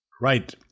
right